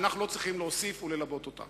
ואנחנו לא צריכים להוסיף וללבות אותה.